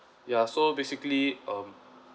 ya so basically um